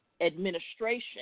administration